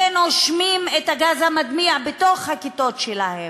ונושמים את הגז המדמיע בתוך הכיתות שלהם,